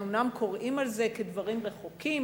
אנחנו אומנם קוראים על זה כדברים רחוקים,